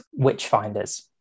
Witchfinders